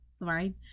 right